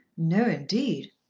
no indeed.